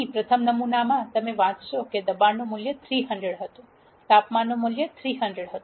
અહીં પ્રથમ નમૂનામાં તમે વાંચશો કે દબાણનું મૂલ્ય 300 હતું તાપમાનનું મૂલ્ય 300 હતું અને ઘનતાનું મૂલ્ય 1000 હતું